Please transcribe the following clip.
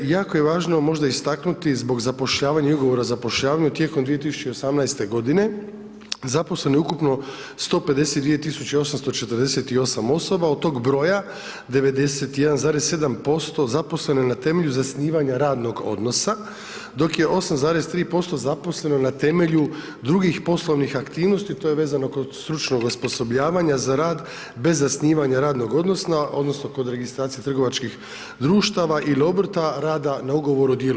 jako je važno možda istaknuti zbog zapošljavanja i ugovora o zapošljavanju tijekom 2018. godine zaposleno je ukupno 152.848 osoba, od tog broja 91,7% zaposleno je na temelju zasnivanja radnog odnosa, dok je 8,3% zaposleno na temelju drugih poslovnih aktivnosti to je vezano kod stručnog osposobljavanja za rad bez zasnivanja radnog odnosa odnosno kod registracije trgovačkih društava il obrta, rada na ugovor o djelu.